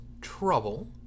trouble